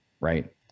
right